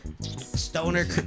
stoner